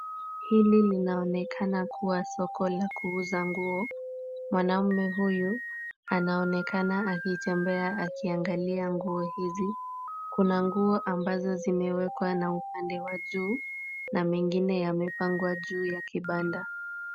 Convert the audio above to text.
Hili linaonekana kuwa soko la kuuza nguo. Mwanaume huyu anaonekana akitembea akiangalia nguo hizi. Kuna nguo ambazo zimeekwa na upande wa juu na zingine zimepangwa juu ya kibanda.